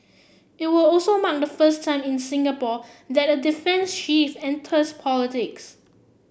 it will also mark the first time in Singapore that a defence chief enters politics